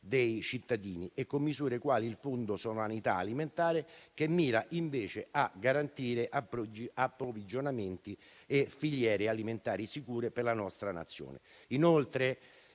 dei cittadini e con misure quali il Fondo per la sovranità alimentare, che mira invece a garantire approvvigionamenti e filiere alimentari sicure per la nostra Nazione.